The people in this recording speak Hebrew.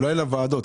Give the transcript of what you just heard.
אולי לוועדות.